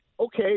Okay